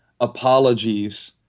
apologies